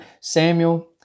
Samuel